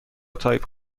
تایپ